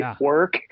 work